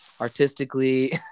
artistically